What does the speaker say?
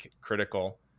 critical